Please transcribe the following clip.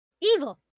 Evil